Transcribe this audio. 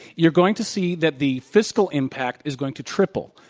you're going to see that the fiscal impact is going to triple.